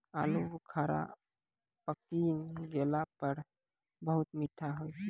आलू बुखारा पकी गेला पर बहुत मीठा होय छै